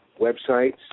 websites